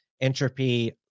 Entropy